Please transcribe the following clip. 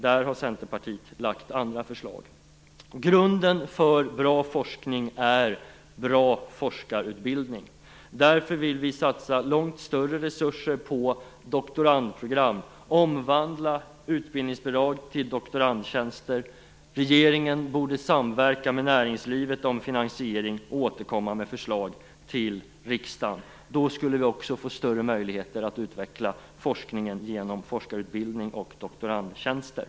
Där har Centerpartiet lagt fram andra förslag. Grunden för en bra forskning är en god forskarutbildning. Därför vill vi satsa långt större resurser på doktorandprogram och omvandla utbildningsbidrag till doktorandtjänster. Regeringen borde samverka med näringslivet om finansieringen och återkomma med förslag till riksdagen. Då skulle vi få större möjligheter att utveckla forskningen genom forskarutbildning och doktorandtjänster.